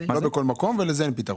--- בכל מקום אבל לזה אין פתרון.